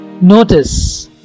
notice